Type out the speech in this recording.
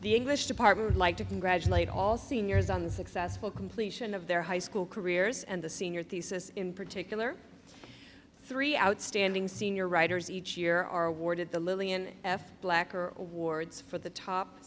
the english department like to congratulate all seniors on the successful completion of their high school careers and the senior thesis in particular three outstanding senior writers each year are awarded the lillian f blacker wards for the top